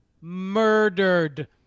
murdered